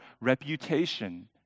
reputation